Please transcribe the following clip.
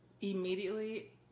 Immediately